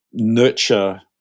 nurture